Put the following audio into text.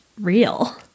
real